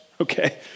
Okay